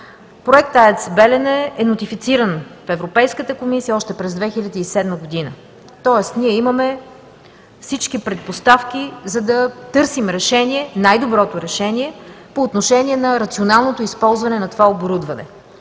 Проектът АЕЦ „Белене“ е нотифициран от Европейската комисия още през 2007 г., тоест ние имаме всички предпоставки, за да търсим най-доброто решение по отношение на рационалното използване на това оборудване.